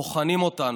בוחנים אותנו.